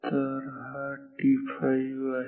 तर हा t5 आहे